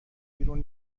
بیرون